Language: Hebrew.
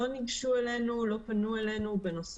אפילו ברמת בניית המטרו או בניית